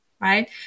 right